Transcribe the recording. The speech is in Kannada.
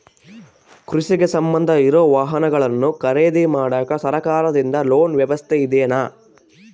ಕೃಷಿಗೆ ಸಂಬಂಧ ಇರೊ ವಾಹನಗಳನ್ನು ಖರೇದಿ ಮಾಡಾಕ ಸರಕಾರದಿಂದ ಲೋನ್ ವ್ಯವಸ್ಥೆ ಇದೆನಾ?